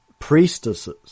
Priestesses